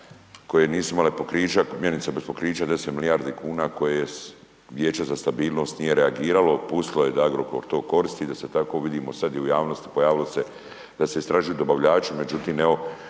koje nisu imale pokrića, mjenica bez pokrića, 10 milijardi kuna koje vijeće za stabilnost nije reagiralo, pustilo je da Agrokor to koristi da se tako vidimo sad i u javnosti, pojavilo se da se istražuju dobavljači, međutim evo